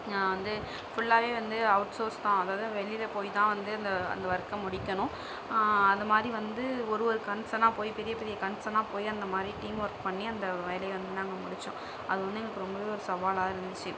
நான் வந்து ஃபுல்லாகவே வந்து அவுட் சோர்ஸ் தான் அதாவது வெளியில போய்தான் வந்து இந்த அந்த ஒர்க்கை முடிக்கணும் அதைமாதிரி வந்து ஒரு ஒரு கன்ஸனாக போய் பெரிய பெரிய கன்ஸனாக போய் அந்த மாதிரி டீம் ஒர்க் பண்ணி அந்த வேலையை வந்து நாங்கள் முடித்தோம் அது வந்து எங்களுக்கு ரொம்பவே ஒரு சவாலாக இருந்துச்சு